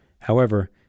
However